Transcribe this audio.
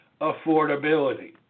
affordability